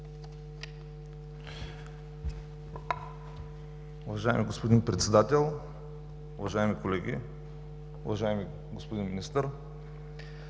Уважаеми господин Председател, уважаеми колеги, уважаеми господин Министър!